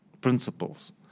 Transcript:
principles